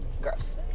Gross